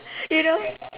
you know